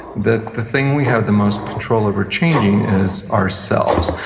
that the thing we have the most control over changing is ourselves.